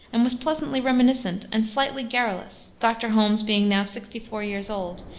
and was pleasantly reminiscent and slightly garrulous, dr. holmes being now sixty-four years old,